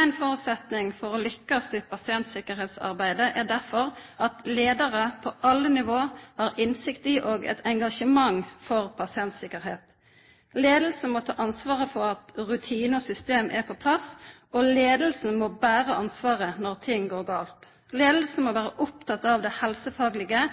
Ein føresetnad for å kunna lykkast i pasienttryggleiksarbeidet er derfor at leiarar på alle nivå har innsikt i og engasjement for pasienttryggleik. Leiinga må ta ansvaret for at rutinar og system er på plass, og leiinga må bera ansvaret når ting går gale. Leiinga må vera oppteken av det helsefaglege,